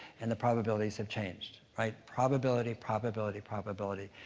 and the probabilities have changed, right? probability, probability, probability.